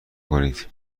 کنید